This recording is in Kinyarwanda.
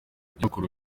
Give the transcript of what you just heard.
nyirakuru